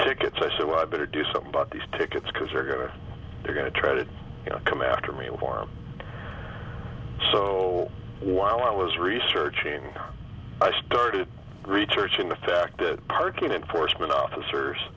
tickets i so i better do something about these tickets because they're going to they're going to try to come after me warm so while i was researching i started researching the fact that parking enforcement officers